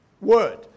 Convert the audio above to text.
word